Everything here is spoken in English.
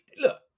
Look